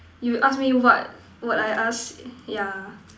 you ask me what what I ask yeah